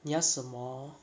你要什么